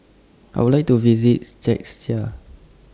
I Would like to visit